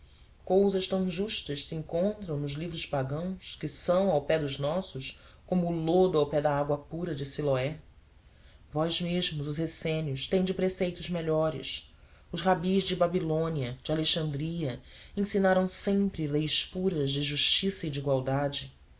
esquemaia cousas tão justas se encontram nos livros pagãos que são ao pé dos nossos como o lodo ao pé da água pura de siloé vós mesmos os essênios tendes preceitos melhores os rabis de babilônia de alexandria ensinaram sempre leis puras de justiça e de igualdade